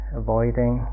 avoiding